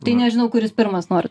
tai nežinau kuris pirmas nori